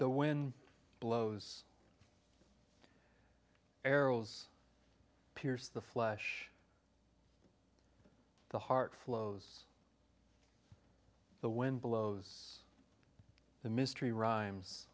the wind blows arrows pierce the flesh the heart flows the wind blows the mystery rhymes